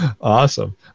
Awesome